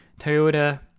Toyota